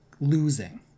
losing